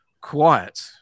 quiet